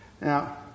Now